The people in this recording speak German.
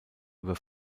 über